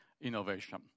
innovation